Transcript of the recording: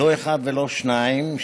לא אחד ולא שניים,